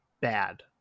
bad